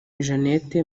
jeanette